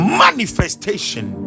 manifestation